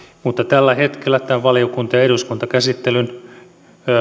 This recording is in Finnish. mutta tällä hetkellä tämän valiokunta ja eduskuntakäsittelyn